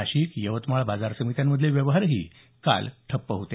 नाशिक यवतमाळ बाजार समित्यांमधले व्यवहारही काल ठप्प होते